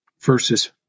verses